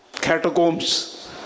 Catacombs